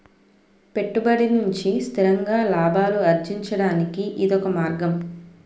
పెట్టుబడి నుంచి స్థిరంగా లాభాలు అర్జించడానికి ఇదొక మార్గం